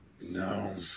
No